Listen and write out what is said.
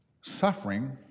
suffering